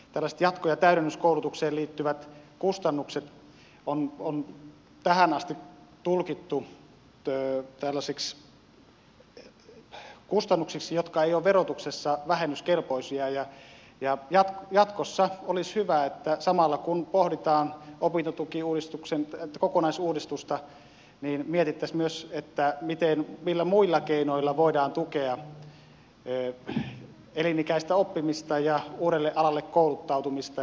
tällaiset jatko ja täydennyskoulutukseen liittyvät kustannukset on tähän asti tulkittu tällaisiksi kustannuksiksi jotka eivät ole verotuksessa vähennyskelpoisia ja jatkossa olisi hyvä että samalla kun pohditaan opintotukiuudistuksen kokonaisuudistusta mietittäisiin myös millä muilla keinoilla voidaan tukea elinikäistä oppimista ja uudelle alalle kouluttautumista